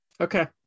Okay